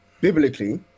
biblically